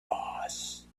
boss